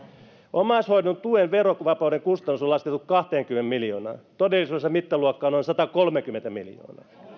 omaishoidon tuen verovapauden kustannus on laskettu kahteenkymmeneen miljoonaan todellisuudessa mittaluokka on noin satakolmekymmentä miljoonaa